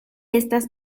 estas